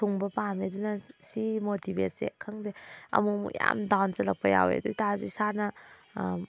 ꯊꯨꯡꯕ ꯄꯥꯝꯃꯦ ꯑꯗꯨꯅ ꯁꯤ ꯃꯣꯇꯤꯕꯦꯠꯁꯦ ꯈꯪꯗꯦ ꯑꯃꯨꯛ ꯑꯃꯨꯛ ꯌꯥꯝ ꯗꯥꯎꯟ ꯆꯠꯂꯛꯄ ꯌꯥꯎꯋꯦ ꯑꯗꯨ ꯑꯣꯏꯇꯥꯔꯁꯨ ꯏꯁꯥꯅ